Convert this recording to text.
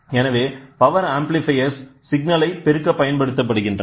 எனவேபவர் amplifier சிக்னலை பெருக்க பயன்படுத்தப்படுகின்றன